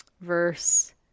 verse